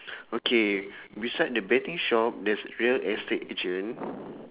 okay beside the betting shop there's real estate agent